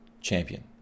champion